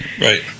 Right